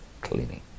cleaning